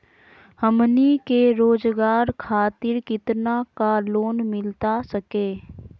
हमनी के रोगजागर खातिर कितना का लोन मिलता सके?